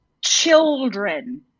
children